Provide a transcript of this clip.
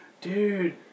Dude